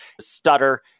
Stutter